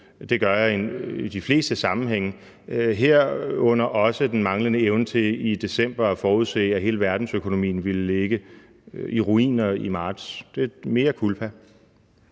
det gør jeg i de fleste sammenhænge, herunder også den manglende evne til i december at forudse, at hele verdensøkonomien ville ligge i ruiner i marts. Mea culpa.